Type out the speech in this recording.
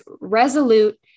resolute